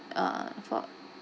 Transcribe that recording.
uh for